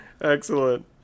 excellent